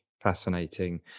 fascinating